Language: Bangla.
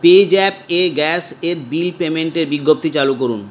পে জ্যাপ এ গ্যাস এর বিল পেমেন্টের বিজ্ঞপ্তি চালু করুন